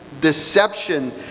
deception